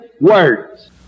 words